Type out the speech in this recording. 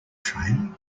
train